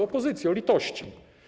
Opozycjo, litości!